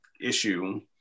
issue